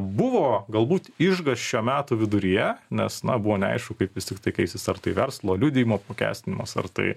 buvo galbūt išgąsčio metų viduryje nes na buvo neaišku kaip vis tiktai keisis ar tai verslo liudijimų apmokestinimas ar tai